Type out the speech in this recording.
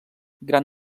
gran